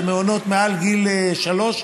זה מעונות מעל גיל שלוש,